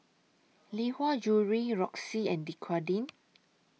Lee Hwa Jewellery Roxy and Dequadin